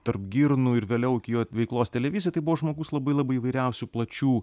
tarp girnų ir vėliau iki jo veiklos televizijoj tai buvo žmogus labai labai įvairiausių plačių